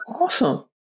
awesome